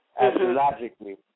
astrologically